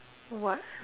what